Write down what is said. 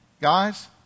Guys